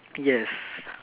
yes